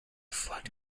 flood